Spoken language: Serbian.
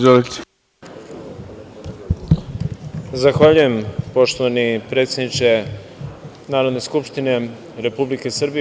Zahvaljujem poštovani predsedniče Narodne skupštine Republike Srbije.